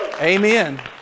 amen